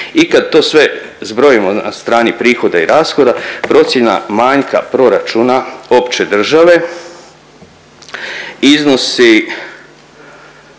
I kad to sve zbrojimo na strani prihoda i rashoda procjena manjka proračuna opće države iznosi